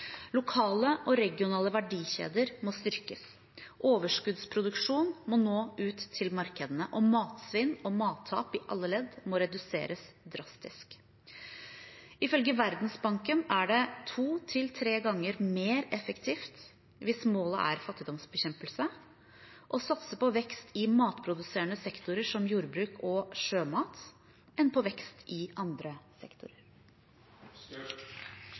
Lokale og regionale verdikjeder må styrkes. Overskuddsproduksjon må nå ut til markedene, og matsvinn og mattap i alle ledd må reduseres drastisk. Ifølge Verdensbanken er det to til tre ganger mer effektivt, hvis målet er fattigdomsbekjempelse, å satse på vekst i matproduserende sektorer, som jordbruk og sjømat, enn å satse på vekst i andre sektorer.